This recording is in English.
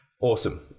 awesome